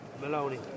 Maloney